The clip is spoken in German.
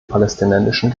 palästinensischen